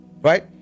right